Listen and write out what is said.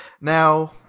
Now